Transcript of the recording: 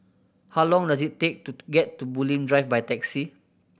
how long does it take to get to Bulim Drive by taxi